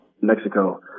Mexico